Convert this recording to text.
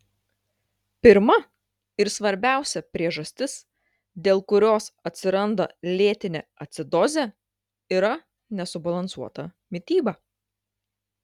pirma ir svarbiausia priežastis dėl kurios atsiranda lėtinė acidozė yra nesubalansuota mityba